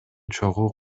чогуу